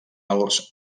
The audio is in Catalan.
als